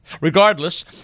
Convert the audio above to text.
Regardless